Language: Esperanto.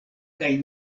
kaj